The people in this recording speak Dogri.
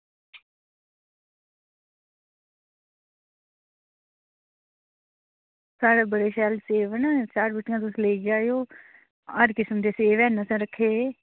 साढ़े बड़े शैल सेब न चार पेटियां तुस लेई जाएओ हर किसम दे सेब हैन असें रक्खे दे